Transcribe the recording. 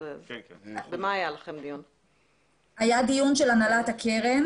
היה דיון של הנהלת הקרן,